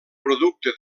producte